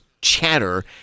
chatter